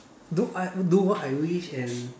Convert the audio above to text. do I do what I wish and